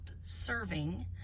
serving